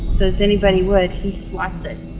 so as anybody would, he swats it.